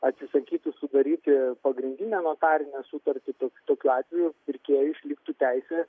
atsisakytų sudaryti pagrindinę notarinę sutartį tok tokiu atveju pirkėjui išliktų teisė